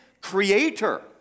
creator